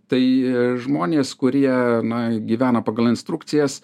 tai žmonės kurie na gyvena pagal instrukcijas